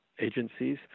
agencies